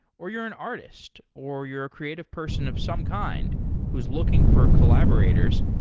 or you're an artist, or you're a creative person of some kind who's looking for collaborators,